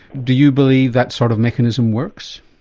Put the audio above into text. do you believe that sort of mechanism works?